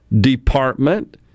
department